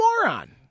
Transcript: moron